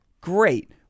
Great